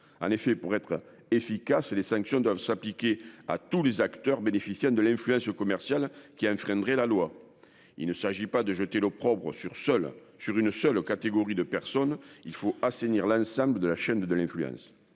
en effet pour être efficace les sanctions doivent s'appliquer à tous les acteurs bénéficiant de l'influence commerciale qui enfreindraient la loi. Il ne s'agit pas de jeter l'opprobre sur sol sur une seule catégorie de personnes. Il faut assainir l'ensemble de la chaîne de de l'influence.